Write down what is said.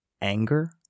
anger